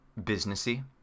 businessy